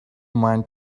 mind